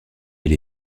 elle